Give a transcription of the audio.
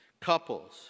couples